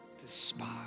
despise